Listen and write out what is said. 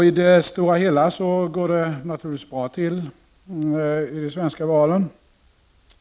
I det stora hela går det naturligtvis bra till i de svenska valen.